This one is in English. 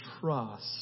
trust